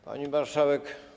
Pani Marszałek!